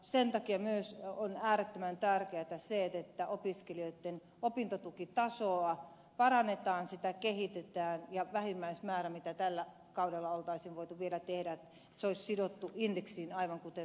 sen takia on myös äärettömän tärkeätä se että opiskelijoitten opintotukitasoa parannetaan sitä kehitetään ja vähimmäismäärä mitä tällä kaudella olisi voitu vielä tehdä olisi että se olisi sidottu indeksiin aivan kuten muutkin etuudet